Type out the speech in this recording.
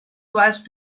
twice